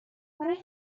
برای